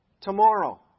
tomorrow